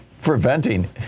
preventing